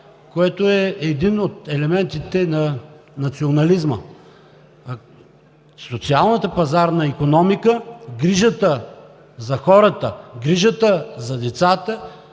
което е един от елементите на национализма. В социалната пазарна икономика грижата за хората, грижата за децата